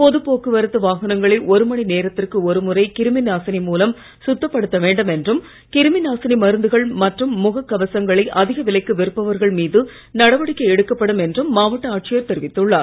பொது போக்குவரத்து வாகனங்களை ஒரு மணி நேரத்திற்கு ஒரு முறை கிருமி நாசினி மூலம் சுத்தப்படுத்த வேண்டும் என்றும் கிருமி நாசினி மருந்துகள் மற்றும் முக கவசங்களை அதிக விலைக்கு விற்பவர்கள் மீது நடவடிக்கை எடுக்கப்படும் என்றும் மாவட்ட ஆட்சியர் தெரிவித்துள்ளார்